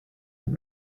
and